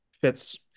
fits